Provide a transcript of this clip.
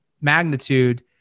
magnitude